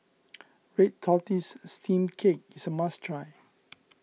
Red Tortoise Steamed Cake is a must try